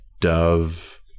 Dove